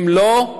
אם לא,